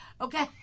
okay